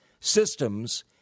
systems